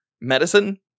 medicine